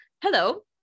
hello